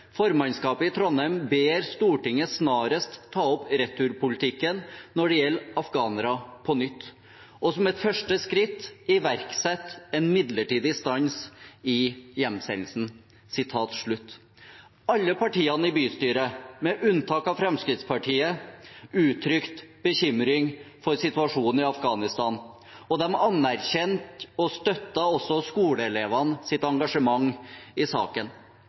i Trondheim ber Stortinget snarest ta opp returpolitikken når det gjelder afghanere på nytt, og som et første skritt iverksette en midlertidig stans i hjemsendelse.» Alle partiene i bystyret, med unntak av Fremskrittspartiet, uttrykte bekymring for situasjonen i Afghanistan. De anerkjente og støttet også skoleelevenes engasjement i saken.